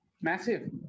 Massive